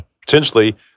potentially